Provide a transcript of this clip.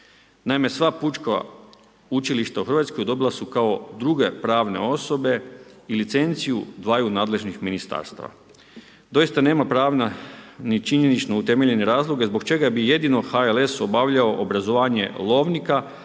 Naime sva pučka učilišta u Hrvatskoj, dobile su kao i druge pravne osobe i licenciju dvaju nadležnih ministarstava. Doista nema pravne ni činjenične utemeljenje razloge, zbog čega bi jedino HNS obavljao obrazovanje lovnika,